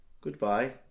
Goodbye